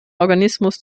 organismus